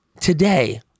today